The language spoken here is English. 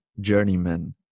journeyman